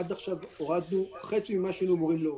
עד עכשיו הורדנו חצי ממה שהיינו אמורים להוריד.